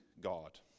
god